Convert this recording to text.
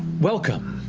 welcome